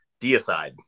Deicide